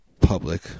Public